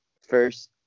first